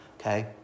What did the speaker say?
okay